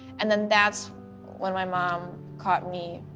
and then that's when my mom caught me